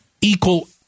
equal